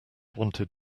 wanted